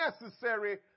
necessary